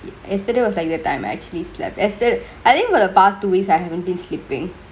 yesterday was like that time actually slept as the I think for the bus to waste I haven't been sleepingk